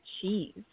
cheese